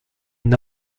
une